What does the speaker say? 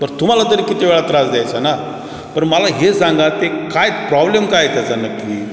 बरं तुम्हाला तरी किती वेळा त्रास द्यायचा ना पण मला हे सांगा ते काय प्रॉब्लेम काय त्याचा नक्की